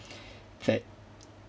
that